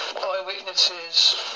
Eyewitnesses